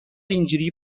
اینجوری